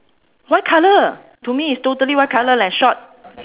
white colour to me is totally white colour leh short